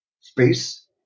space